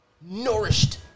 nourished